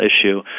issue